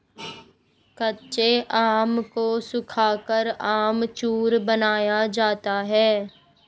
कच्चे आम को सुखाकर अमचूर बनाया जाता है